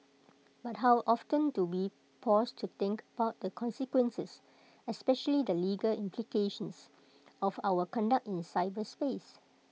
but how often do we pause to think about the consequences especially the legal implications of our conduct in cyberspace